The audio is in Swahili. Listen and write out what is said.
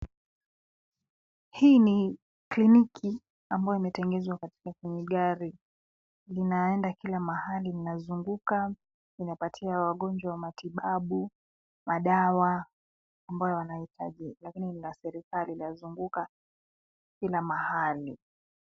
Hii ni kliniki ambayo imetengenezwa katika kwenye gari, linaenda kila mahali, linazunguka inapatia wagonjwa matibabu, madawa ambayo wanahitaji. Gari hili ni la serikali linazunguka kila mahali.